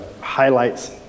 highlights